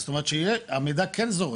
זאת אומרת שהמידע כן זורם,